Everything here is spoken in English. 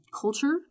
culture